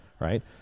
right